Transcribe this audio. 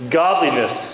godliness